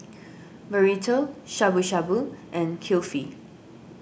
Burrito Shabu Shabu and Kulfi